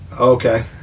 Okay